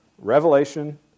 Revelation